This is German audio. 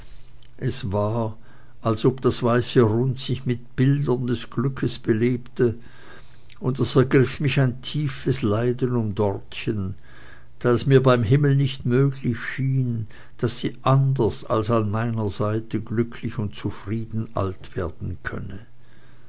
es war als ob das weiße rund sich mit bildern des glückes belebte und es ergriff mich ein tiefes leiden um dortchen da es mir beim himmel nicht möglich schien daß sie anders als an meiner seite glücklich und zufrieden alt werden könne